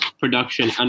production